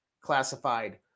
classified